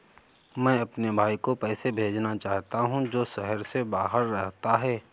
मैं अपने भाई को पैसे भेजना चाहता हूँ जो शहर से बाहर रहता है